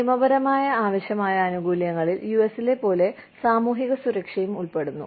നിയമപരമായി ആവശ്യമായ ആനുകൂല്യങ്ങളിൽ യുഎസിലെ പോലെ സാമൂഹിക സുരക്ഷയും ഉൾപ്പെടുന്നു